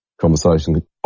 conversation